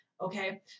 Okay